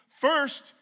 First